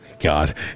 God